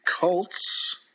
Colts